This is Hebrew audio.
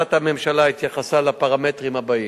החלטת הממשלה התייחסה לפרמטרים הבאים: